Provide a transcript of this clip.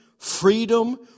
Freedom